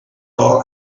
all